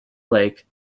lake